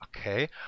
Okay